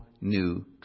new